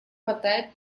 хватает